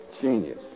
Genius